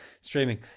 streaming